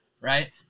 right